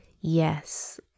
Yes